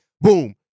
boom